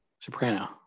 Soprano